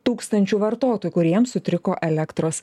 tūkstančių vartotojų kuriems sutriko elektros